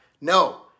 No